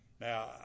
Now